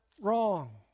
wrong